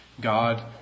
God